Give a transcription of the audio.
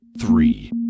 three